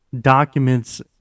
documents